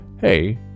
hey